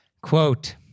Quote